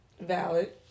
Valid